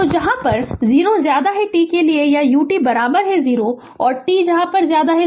तो t 0 के लिए u t 0 और t 0 के लिए u t 1 है